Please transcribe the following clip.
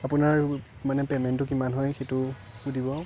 আপোনাৰ মানে পেমেণ্টটো কিমান হয় সেইটোও দিব